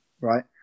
right